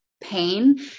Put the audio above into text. pain